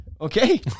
Okay